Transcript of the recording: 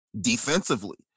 defensively